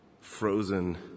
Frozen